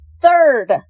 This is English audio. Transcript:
third